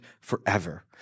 forever